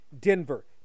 Denver